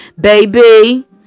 baby